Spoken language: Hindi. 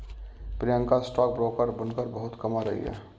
प्रियंका स्टॉक ब्रोकर बनकर बहुत कमा रही है